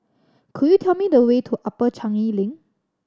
could you tell me the way to Upper Changi Link